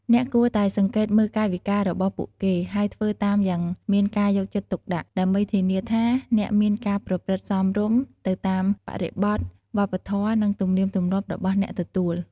អ្នកគួរតែសង្កេតមើលកាយវិការរបស់ពួកគេ ហើយធ្វើតាមយ៉ាងមានការយកចិត្តទុកដាក់ ដើម្បីធានាថាអ្នកមានការប្រព្រឹត្តសមរម្យទៅតាមបរិបទវប្បធម៌ និងទំនៀមទម្លាប់របស់អ្នកទទួល។